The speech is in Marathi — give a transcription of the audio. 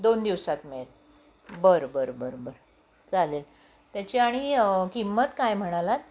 दोन दिवसात मिळेल बरं बरं बरं बरं चालेल त्याची आणि किंमत काय म्हणालात